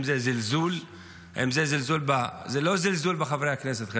זה זלזול בחברי הכנסת,